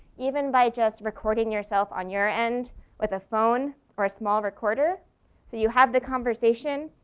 even by just recording yourself on your end with a phone or a small recorder. so you have the conversation,